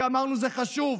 כי אמרנו שזה חשוב,